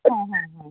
হ্যাঁ হ্যাঁ হ্যাঁ